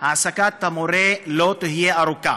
העסקת המורה לא תהיה ארוכה.